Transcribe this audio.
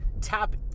tap